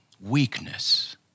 weakness